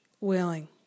willing